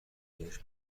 بهش